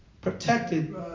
protected